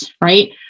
right